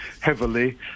heavily